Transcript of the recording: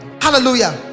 hallelujah